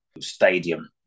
stadium